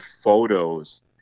photos